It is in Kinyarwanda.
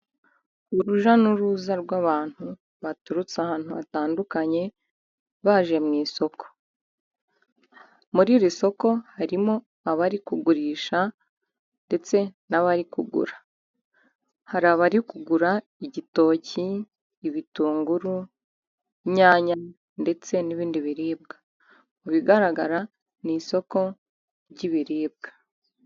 Urujya n'uruza rw'abantu baturutse ahantu hatandukanye baje mu isoko. Muri iri soko harimo abari kugurisha ndetse n'abari kugura. Hari abari kugura igitoki, ibitunguru, nyanya ndetse n'ibindi biribwa, mu bigaragara ni isoko ry'ibiribwa